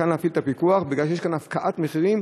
להפעיל כאן את הפיקוח מפני שיש כאן הפקעת מחירים